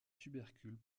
tubercules